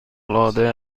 العاده